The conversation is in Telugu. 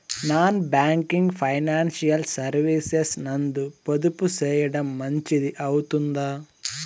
నాన్ బ్యాంకింగ్ ఫైనాన్షియల్ సర్వీసెస్ నందు పొదుపు సేయడం మంచిది అవుతుందా?